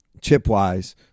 chip-wise